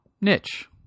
Niche